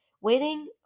waiting